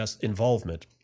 involvement